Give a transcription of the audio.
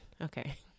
Okay